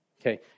Okay